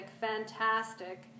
fantastic